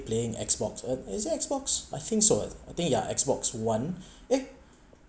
playing X_box uh is it X_box I think so I think yeah X_box one eh